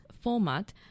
format